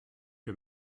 que